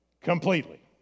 completely